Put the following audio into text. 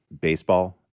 baseball